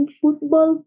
football